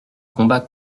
combat